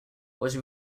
was